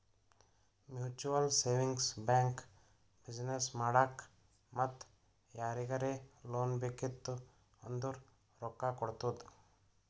mutual savings bank business ಮಾಡಾಕ್ ಮತ್ತ ಯಾರಿಗರೇ ಲೋನ್ ಬೇಕಿತ್ತು ಅಂದುರ್ ರೊಕ್ಕಾ ಕೊಡ್ತುದ್